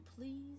please